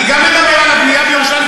אני גם אדבר על הבנייה בירושלים,